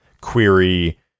query